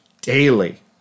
daily